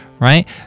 right